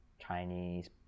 Chinese